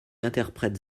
interprète